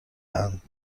اند